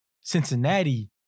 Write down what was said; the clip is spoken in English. Cincinnati